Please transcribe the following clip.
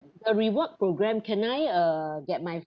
a reward program can I uh get my